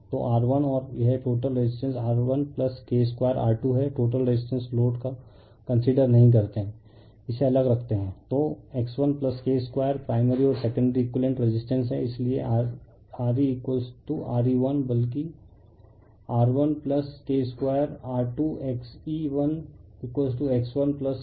तोR1 और यह total resistance R1 K 2R2 है टोटल रेसिस्टेंस लोड को कंसीडर नहीं करते हैं इसे अलग रखते हैं तो X1 K 2 प्राइमरी और सेकेंडरी एक़ुइवेलेनट रेसिस्टेंस है इसलिए Re RE1 बल्कि R1 K 2R2 XE1X1 K का K 2X2 हैं